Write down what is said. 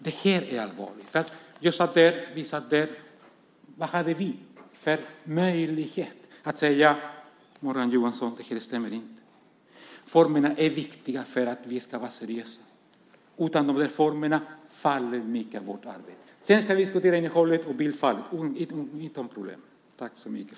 Detta är allvarligt, för vad hade vi för möjlighet att säga till Morgan Johansson att detta inte stämde? Formerna är viktiga för att vi ska kunna vara seriösa. Utan formerna faller mycket av vårt arbete. Sedan ska vi diskutera innehållet och Bildtfallet utan problem.